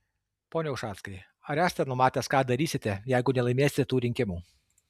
pone ušackai ar esate numatęs ką darysite jeigu nelaimėsite tų rinkimų